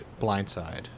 Blindside